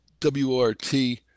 WRT